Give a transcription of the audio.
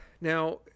Now